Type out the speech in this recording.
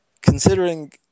Considering